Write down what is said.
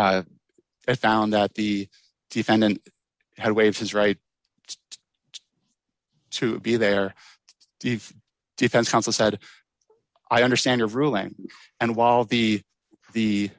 that i found that the defendant had waived his right to be there the defense counsel said i understand your ruling and while the the